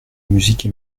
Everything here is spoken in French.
musique